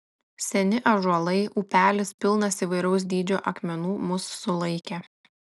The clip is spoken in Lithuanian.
seni ąžuolai upelis pilnas įvairaus dydžio akmenų mus sulaikė